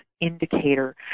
indicator